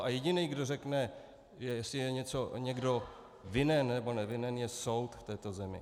A jediný, kdo řekne, jestli je někdo vinen, nebo nevinen, je soud v této zemi.